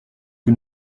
que